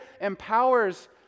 empowers